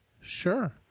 Sure